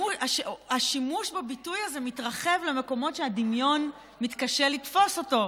השימוש בביטוי הזה מתרחב למקומות שהדמיון מתקשה לתפוס אותו,